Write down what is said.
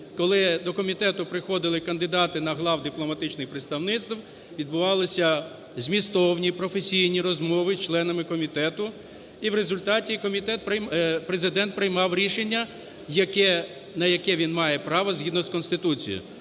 коли до комітету приходили кандидати на глав дипломатичних представництв, відбувалися змістовні, професійні розмови із членами комітету, і в результаті Президент приймав рішення, на яке він має право згідно з Конституцією.